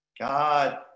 God